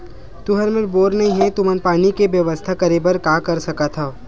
तुहर मेर बोर नइ हे तुमन पानी के बेवस्था करेबर का कर सकथव?